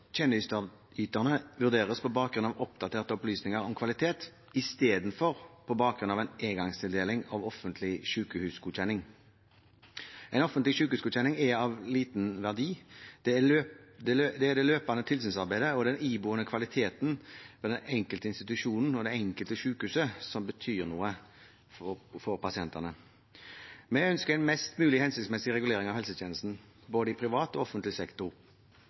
tjenesteyterne vurderes på bakgrunn av oppdaterte opplysninger om kvalitet istedenfor på bakgrunn av en engangstildeling av offentlig sykehusgodkjenning. En offentlig sykehusgodkjenning er av liten verdi. Det er det løpende tilsynsarbeidet og den iboende kvaliteten ved den enkelte institusjonen og det enkelte sykehuset som betyr noe for pasientene. Vi ønsker en mest mulig hensiktsmessig regulering av helsetjenesten, i både privat og offentlig sektor.